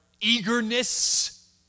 eagerness